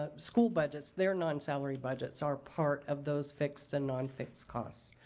ah school budgets, their non salaried budgets are part of those fixed and non-fixed costs.